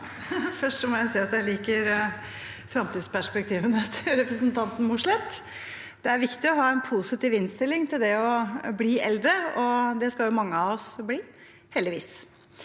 Først må jeg si at jeg liker fremtidsperspektivene til representanten Mossleth. Det er viktig å ha en positiv innstilling til det å bli eldre, og det skal mange av oss bli, heldigvis.